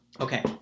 Okay